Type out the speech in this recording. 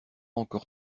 encore